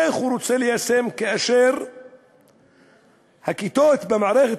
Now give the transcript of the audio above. איך הוא רוצה ליישם כאשר הכיתות במערכת